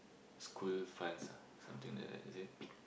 school funds ah something like that is it